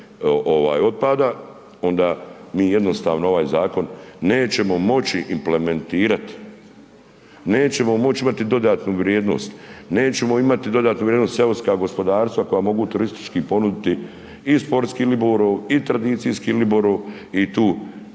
ovaj otpada onda mi jednostavno ovaj zakon nećemo moći implementirati, nećemo moći imati dodatnu vrijednost, nećemo imamo dodatnu vrijednost seoska gospodarstva koja mogu turistički ponuditi i sportski ribolov i tradicijski ribolov i tu